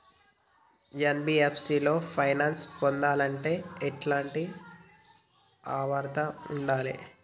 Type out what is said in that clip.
NBFC లో finance పొందాలంటే ఎట్లాంటి అర్హత ఉండాలే?